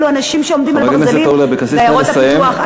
אלו אנשים שעומדים על הברזלים בעיירות הפיתוח,